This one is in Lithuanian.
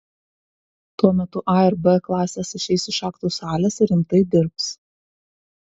tuo metu a ir b klasės išeis iš aktų salės ir rimtai dirbs